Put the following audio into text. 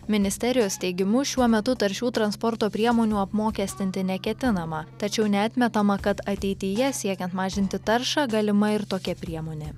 ministerijos teigimu šiuo metu taršių transporto priemonių apmokestinti neketinama tačiau neatmetama kad ateityje siekiant mažinti taršą galima ir tokia priemonė